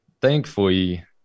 Thankfully